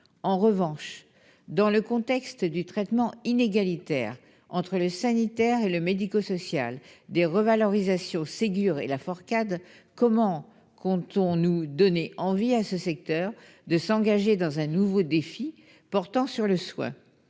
En revanche, dans un contexte de traitement inégalitaire entre le sanitaire et le médico-social au regard des revalorisations Ségur et Laforcade, comment comptons-nous donner envie à ce secteur de s'engager dans un nouveau défi portant sur le soin ?